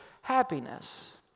happiness